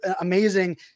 amazing